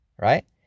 right